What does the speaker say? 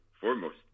foremost